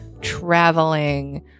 traveling